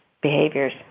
behaviors